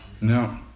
No